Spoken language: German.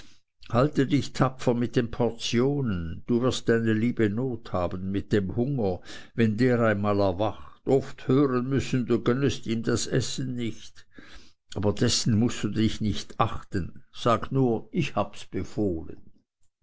halte dich tapfer mit den portionen du wirst deine liebe not haben mit dem hunger wenn der einmal erwacht oft hören müssen du gönnest ihm das essen nicht aber dessen mußt du dich nicht achten sag nur ich habs befohlen